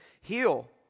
heal